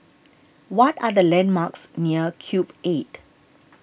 what are the landmarks near Cube eight